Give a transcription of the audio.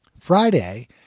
Friday